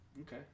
Okay